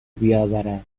بیاورد